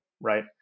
right